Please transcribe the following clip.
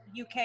UK